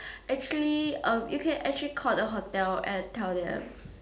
actually uh you can actually call the hotel and tell them